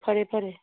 ꯐꯔꯦ ꯐꯔꯦ